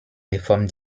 reform